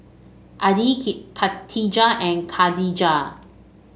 Adi Katijah and Khadija